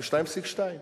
ב-2.2%.